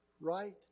right